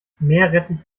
meerrettich